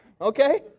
Okay